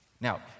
Now